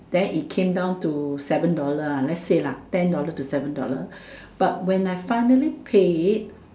then it came down to seven dollar ah let's say lah ten dollar to seven dollar but when I finally pay